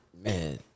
Man